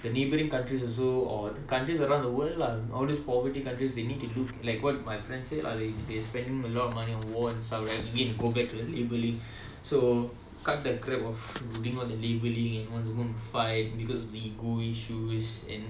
the neighbouring countries also or the countries around the world lah all this poverty countries they need to do like what my friend say lah they spending a lot of money on war and stuff like again go back to the labelling so cut the crap of doing all the labelling and want to fight because the go issue